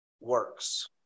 works